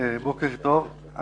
בוקר טוב,